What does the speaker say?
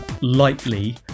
lightly